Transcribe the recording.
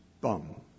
bum